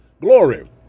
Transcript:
glory